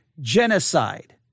genocide